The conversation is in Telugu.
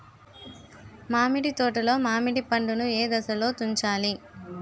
మామిడి తోటలో మామిడి పండు నీ ఏదశలో తుంచాలి?